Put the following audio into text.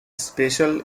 special